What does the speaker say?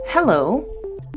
Hello